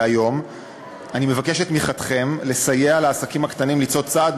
והיום אני מבקש את תמיכתכם בסיוע לעסקים הקטנים לצעוד צעד